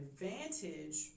advantage